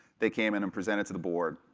they came in and presented to the board.